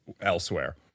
elsewhere